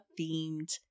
themed